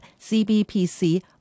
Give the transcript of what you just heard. CBPC